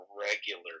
regular